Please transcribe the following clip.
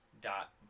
dot